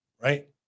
right